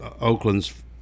Oakland's